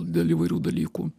dėl įvairių dalykų